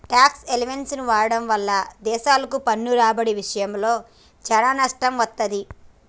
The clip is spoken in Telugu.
ట్యేక్స్ హెవెన్ని వాడటం వల్ల దేశాలకు పన్ను రాబడి ఇషయంలో చానా నష్టం వత్తది